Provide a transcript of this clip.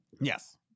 Yes